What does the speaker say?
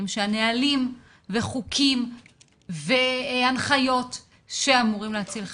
שהנהלים וחוקים והנחיות שאמורים להציל חיים,